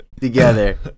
Together